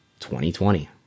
2020